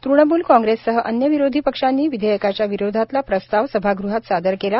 तृणमूल काँग्रेससह अन्य विरोधी पक्षांनी विधेयकाच्या विरोधातला प्रस्ताव सभागृहात सादर केला